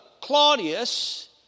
Claudius